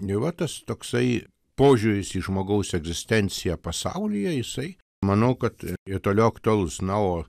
ir va tas toksai požiūris į žmogaus egzistenciją pasaulyje jisai manau kad ir toliau aktualus na o